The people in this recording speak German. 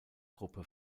gruppe